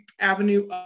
avenue